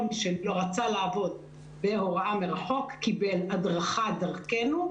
כל מי שרצה לעבוד בהוראה מרחוק קיבל הדרכה דרכינו.